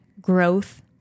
growth